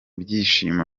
byishimo